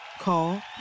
Call